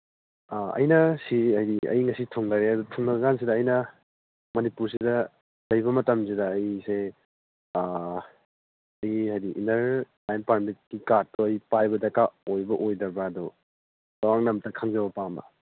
ꯑꯥ ꯑꯩꯅ ꯁꯤ ꯑꯩ ꯉꯁꯤ ꯊꯨꯡꯂꯔꯦ ꯑꯗꯨ ꯊꯨꯡꯉꯀꯥꯟꯁꯤꯗ ꯑꯩꯅ ꯃꯅꯤꯄꯨꯔꯁꯤꯗ ꯂꯩꯕ ꯃꯇꯝꯁꯤꯗ ꯑꯩꯁꯦ ꯍꯥꯏꯗꯤ ꯏꯅꯔ ꯂꯥꯏꯟ ꯄꯔꯃꯤꯠꯀꯤ ꯀꯥꯔꯠꯇꯨ ꯑꯩ ꯄꯥꯏꯕ ꯗꯔꯀꯥꯔ ꯑꯣꯏꯕ꯭ꯔꯥ ꯑꯣꯏꯗꯕ꯭ꯔꯥꯗꯨ ꯆꯧꯔꯥꯛꯅ ꯑꯝꯇ ꯈꯪꯖꯕ ꯄꯥꯝꯕ